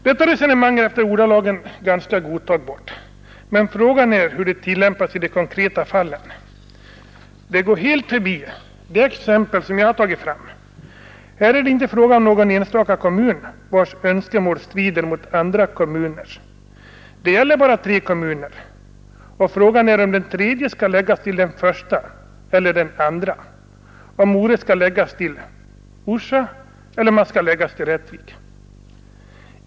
Detta resonemang är efter ordalagen ganska godtagbart, men frågan är hur det tillämpas i de konkreta fallen. Det går helt förbi det exempel som jag har tagit fram. Här är det inte fråga om någon enstaka kommun, vars önskemål strider mot andra kommuners. Det gäller bara tre kommuner, och frågan är om den tredje skall läggas till den första eller till den andra kommunen, dvs. om Ore skall läggas till Orsa eller till Rättvik.